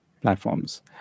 platforms